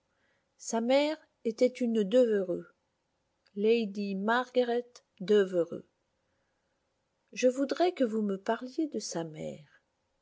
sa mère était une devereux lady margaret devereux je voudrais que vous me parliez de sa mère